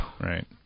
Right